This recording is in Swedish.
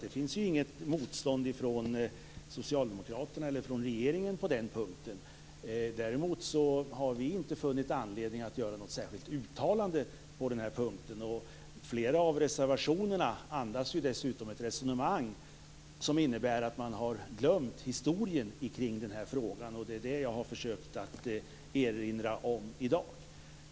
Det finns inget motstånd från oss socialdemokrater eller från regeringen på den punkten. Däremot har vi inte funnit anledning att göra något särskilt uttalande på den här punkten. Flera av reservationerna tyder dessutom på att man har glömt historien kring den här frågan, vilken jag har försökt att erinra om i dag.